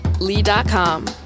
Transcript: Lee.com